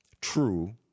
true